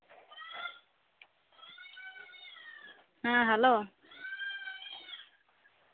ᱦᱮᱸ ᱦᱮᱞᱳ